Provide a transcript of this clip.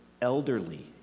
elderly